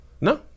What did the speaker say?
no